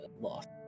lost